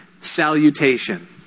salutation